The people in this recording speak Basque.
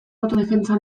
autodefentsa